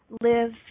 live